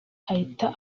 ahita